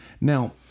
Now